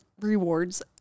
rewards